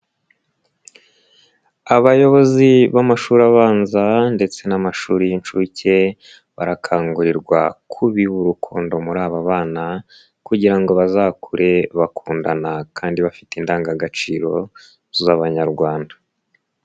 Abayobozi b'amashuri abanza ndetse n'amashuri y'inshuke barakangurirwa kubiba urukundo muri aba bana kugira ngo bazakure bakundana kandi bafite indangagaciro z'abanyarwanda.